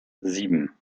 sieben